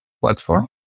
platform